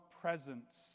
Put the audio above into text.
presence